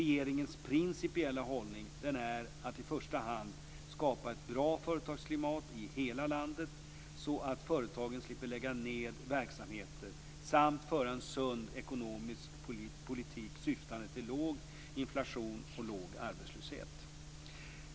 Regeringens principiella hållning är att i första hand skapa ett bra företagsklimat i hela landet så att företagen slipper lägga ned verksamheter, samt föra en sund ekonomisk politik syftande till låg inflation och låg arbetslöshet.